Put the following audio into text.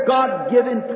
God-given